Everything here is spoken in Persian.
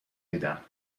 دیدم